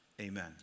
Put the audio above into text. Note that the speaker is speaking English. amen